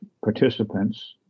participants